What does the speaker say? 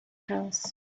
house